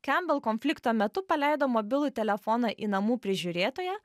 kembel konflikto metu paleido mobilų telefoną į namų prižiūrėtoją